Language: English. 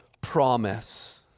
promise